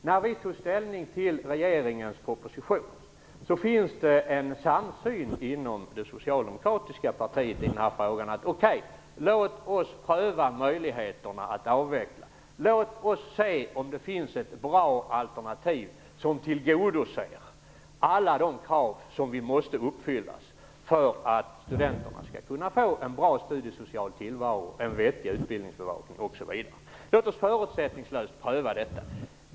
När vi tog ställning till regeringens proposition fanns en samsyn inom det socialdemokratiska partiet i den här frågan, att vi väl kunde pröva möjligheterna att avveckla. Låt oss se om det finns ett bra alternativ som tillgodoser alla de krav som måste uppfyllas för att studenterna skall kunna få en bra studiesocial tillvaro, en vettig utbildningsbevakning osv. Låt oss förutsättningslöst pröva detta.